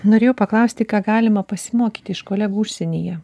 norėjau paklausti ką galima pasimokyti iš kolegų užsienyje